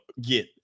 get